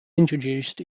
introduced